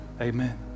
amen